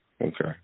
Okay